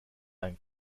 ein